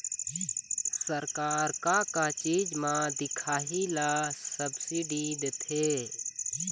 सरकार का का चीज म दिखाही ला सब्सिडी देथे?